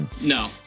No